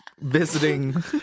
visiting